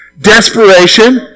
Desperation